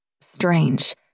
strange